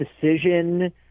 decision